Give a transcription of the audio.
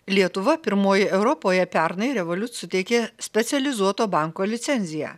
lietuva pirmoji europoje pernai revoliut suteikė specializuoto banko licenziją